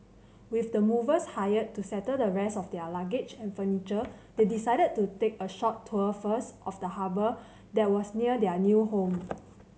with the movers hired to settle the rest of their luggage and furniture they decided to take a short tour first of the harbour that was near their new home